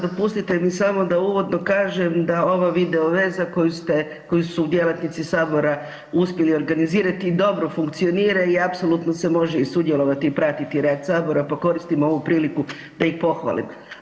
Dopustite mi samo da uvodno kažem da ova videoveza koju su djelatnici Sabora uspjeli organizirati dobro funkcionira i apsolutno se može sudjelovati i pratiti rad sabora pa koristim ovu priliku da ih pohvalim.